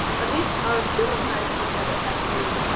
at least our human eyes look at it as sailing,